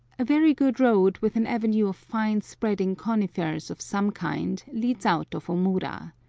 a very good road, with an avenue of fine spreading conifers of some kind, leads out of omura.